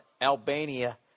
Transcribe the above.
Albania